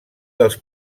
dels